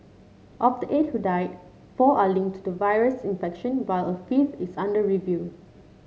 of the eight who died four are linked to the virus infection while a fifth is under review